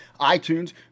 iTunes